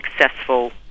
successful